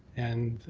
and